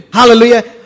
hallelujah